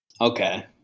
Okay